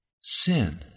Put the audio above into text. sin